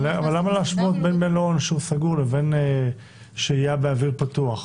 אבל למה להשוות בין מלון שהוא סגור לבין שהייה באוויר פתוח?